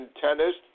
Tennis